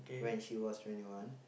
when she was twenty one